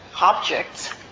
objects